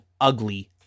ugly